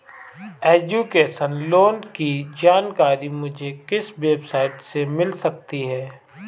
Education loan की जानकारी मुझे किस वेबसाइट से मिल सकती है?